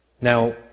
Now